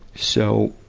so,